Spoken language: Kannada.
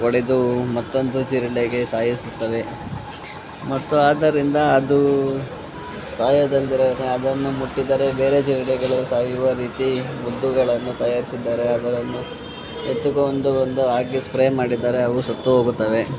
ಹೊಡೆದು ಮತ್ತೊಂದು ಜಿರಳೆಗೆ ಸಾಯಿಸುತ್ತವೆ ಮತ್ತು ಆದ್ದರಿಂದ ಅದು ಸಾಯೋದಲ್ದಿರನೇ ಅದನ್ನು ಮುಟ್ಟಿದ್ದರೆ ಬೇರೆ ಜಿರಳೆಗಳು ಸಾಯುವ ರೀತಿ ಮದ್ದುಗಳನ್ನು ತಯಾರಿಸುತ್ತಾರೆ ಅವುಗಳನ್ನು ಎತ್ತುಕೊಂಡು ಬಂದು ಹಾಗೆ ಸ್ಪ್ರೇ ಮಾಡಿದರೆ ಅವು ಸತ್ತು ಹೋಗುತ್ತವೆ